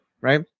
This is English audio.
right